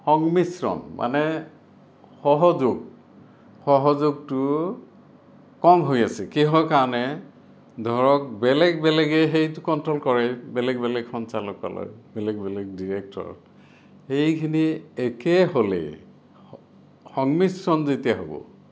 সংমিশ্ৰণ মানে সহযোগ সহযোগটোৰ কম হৈ আছে কিহৰ কাৰণে ধৰক বেলেগ বেলেগে সেইটো কনট্ৰল কৰে বেলেগ বেলেগ সঞ্চালকালয় বেলেগ বেলেগ ডিৰেক্টৰ এইখিনি একে হ'লে সংমিশ্ৰণ যেতিয়া হ'ব